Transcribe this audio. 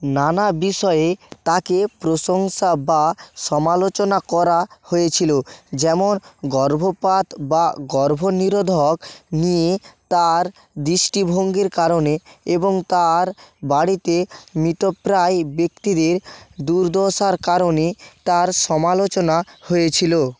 নানা বিষয়ে তাকে প্রশংসা বা সমালোচনা করা হয়েছিল যেমন গর্ভপাত বা গর্ভনিরোধক নিয়ে তার দৃষ্টিভঙ্গির কারণে এবং তার বাড়িতে মৃতপ্রায় ব্যক্তিদের দুর্দশার কারণে তার সমালোচনা হয়েছিল